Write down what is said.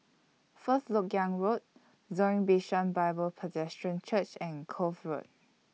First Lok Yang Road Zion Bishan Bible Presbyterian Church and Kloof Road